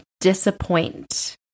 disappoint